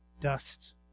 Dust